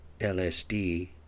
LSD